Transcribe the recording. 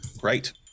Great